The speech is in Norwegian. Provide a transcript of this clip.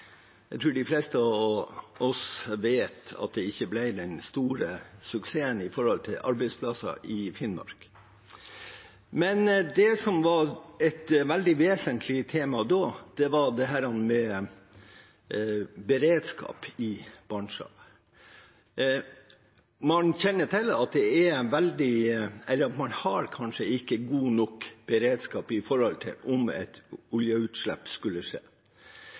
Jeg tror de fleste av oss vet at det ikke ble den store suksessen for arbeidsplasser i Finnmark. Men det som var et veldig vesentlig tema da, var beredskap i Barentshavet. Man kjenner til at man kanskje ikke har god nok beredskap om et oljeutslipp skulle skje